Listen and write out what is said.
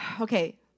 okay